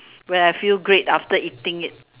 where I feel great after eating it